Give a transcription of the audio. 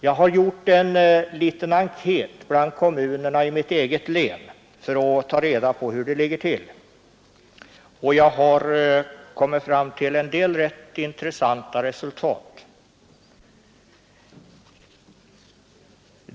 Jag har gjort en liten enkät bland kommunerna i mitt eget län för att ta reda på hur det ligger till och kommit fram till en del rätt intressanta resultat.